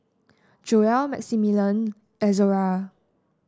Joell Maximilian Izora